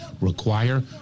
require